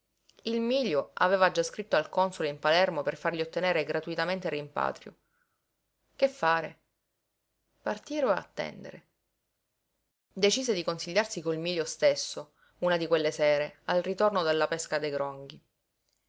il mílio aveva già scritto al console in palermo per fargli ottenere gratuitamente il rimpatrio che fare partire o attendere decise di consigliarsi col mílio stesso una di quelle sere al ritorno dalla pesca dei gronghi